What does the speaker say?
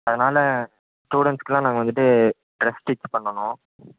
அதனால் ஸ்டூடெண்ட்ஸ்க்கு எல்லாம் நாங்கள் வந்துவிட்டு ட்ரெஸ் ஸ்டிச் பண்ணணும்